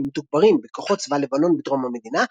מתוגברים וכוחות צבא לבנון בדרום המדינה,